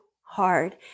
hard